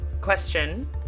Question